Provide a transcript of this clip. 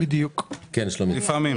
שלומית.